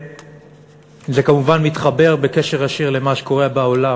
זה כמובן מתחבר בקשר ישיר למה שקורה בעולם.